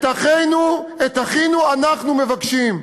את אחינו אנחנו מבקשים.